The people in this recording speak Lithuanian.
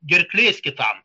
gerklės kitam